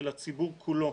של הציבור כולו.